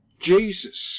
Jesus